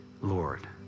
Lord